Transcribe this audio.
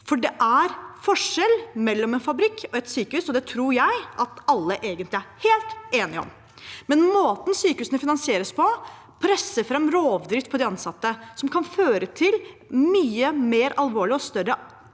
Det er forskjell på en fabrikk og et sykehus, og det tror jeg alle egentlig er helt enige om. Måten sykehusene finansieres på, presser fram rovdrift på de ansatte og kan føre til mye mer alvorlige og større problemer